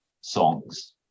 songs